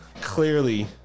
Clearly